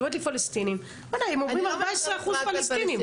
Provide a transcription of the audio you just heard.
את אומרת לי פלסטינים - הם אומרים 14 אחוז פלסטינים,